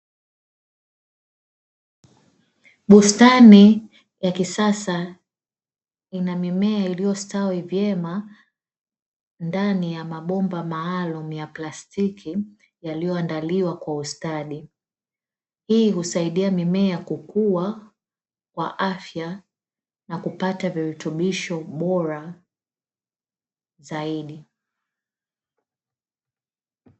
Bustani ya kisasa, ina mimea iliyostawi vyema ndani ya mabomba maalumu ya plastiki yaliyoandaliwa kwa ustadi. Hii husaidia mimea kukua kwa afya na kupata virutubisho bora zaidi.